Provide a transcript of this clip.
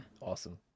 Awesome